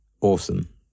Awesome